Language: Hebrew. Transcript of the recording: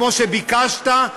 כמו שביקשת,